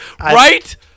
Right